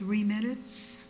three minutes